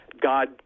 God